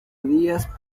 díaz